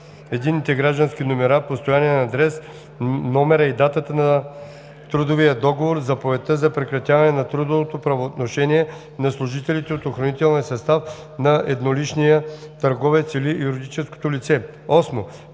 7. имената, ЕГН, постоянен адрес, номера и датата на трудовия договор/заповедта за прекратяване на трудовото правоотношение на служителите от охранителния състав на едноличния търговец или юридическото лице;